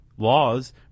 laws